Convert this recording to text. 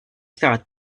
thought